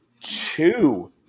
two